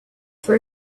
for